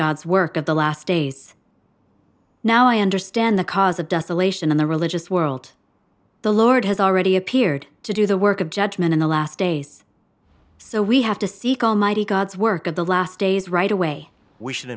god's work of the last days now i understand the cause of desolation in the religious world the lord has already appeared to do the work of judgement in the last days so we have to seek almighty god's work of the last days right away we should